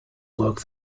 work